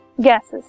gases